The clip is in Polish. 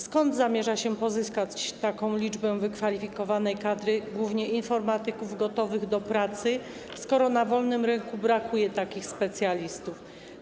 Skąd zamierza się pozyskać taką liczbę wykwalifikowanej kadry, głównie informatyków gotowych do pracy, skoro na wolnym rynku brakuje takich specjalistów?